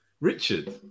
Richard